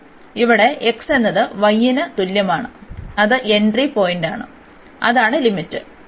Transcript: അതിനാൽ ഇവിടെ x എന്നത് y ന് തുല്യമാണ് അത് എൻട്രി പോയിന്റാണ് അതാണ് ലിമിറ്റ്